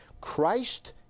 Christ